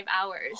hours